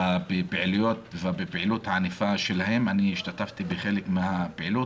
בפעילות הענפה שלהם, אני השתתפתי בחלק מהפעילות.